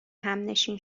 همنشین